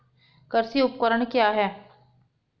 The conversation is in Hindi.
कृषि उपकरण क्या है?